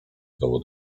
dowód